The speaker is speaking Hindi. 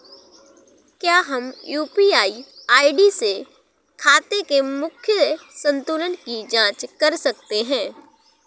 क्या हम यू.पी.आई आई.डी से खाते के मूख्य संतुलन की जाँच कर सकते हैं?